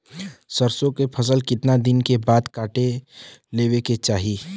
सरसो के फसल कितना दिन के बाद काट लेवे के चाही?